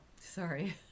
Sorry